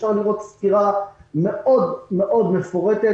אפשר לראות סקירה מאוד מאוד מפורטת